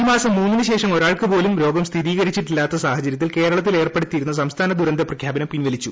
ഇീഫ് മാസം മൂന്നിന് ശേഷം ഒരാൾക്ക് പോലും രോഗം സ്ഥിര്യീകർച്ചിട്ടില്ലാത്ത സാഹചര്യത്തിൽ കേരളത്തിൽ ഏർപ്പെടുത്തൂിയ് സംസ്ഥാന ദുരന്ത പ്രഖ്യാപനം പിൻവലിച്ചു